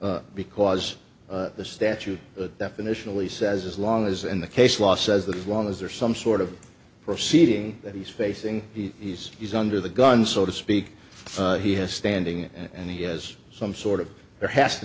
because the statute that initially says as long as in the case law says that long as there's some sort of proceeding that he's facing he's he's under the gun so to speak he has standing and he has some sort of there has to